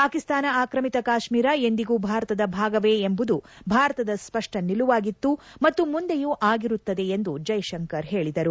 ಪಾಕಿಸ್ತಾನ ಆಕ್ರಮಿತ ಕಾಶ್ಮೀರ ಎಂದಿಗೂ ಭಾರತದ ಭಾಗವೇ ಎಂಬುದು ಭಾರತದ ಸ್ಪಷ್ಟ ನಿಲುವಾಗಿತ್ತು ಮತ್ತು ಮುಂದೆಯೂ ಆಗಿರುತ್ತದೆ ಎಂದು ಜೈಶಂಕರ್ ಹೇಳಿದರು